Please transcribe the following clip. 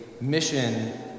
mission